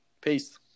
Peace